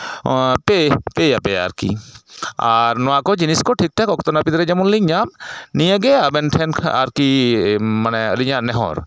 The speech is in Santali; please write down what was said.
ᱯᱮ ᱯᱮᱟᱯᱮᱭᱟ ᱟᱨᱠᱤ ᱟᱨ ᱱᱚᱣᱟᱠᱚ ᱡᱤᱱᱤᱥ ᱠᱚ ᱴᱷᱤᱠ ᱴᱷᱟᱠ ᱚᱠᱛᱚ ᱱᱟᱹᱯᱤᱛ ᱨᱮ ᱡᱮᱢᱚᱱ ᱞᱤᱧ ᱧᱟᱢ ᱱᱤᱭᱟᱹᱜᱮ ᱟᱵᱮᱱ ᱴᱷᱮᱱ ᱠᱷᱚᱱ ᱟᱨᱠᱤ ᱢᱟᱱᱮ ᱟᱹᱞᱤᱧᱟᱜ ᱱᱮᱦᱚᱨ